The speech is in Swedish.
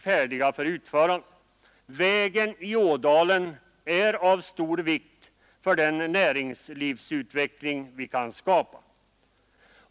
Vägen i ådalen är av stor vikt för näringslivsutvecklingen.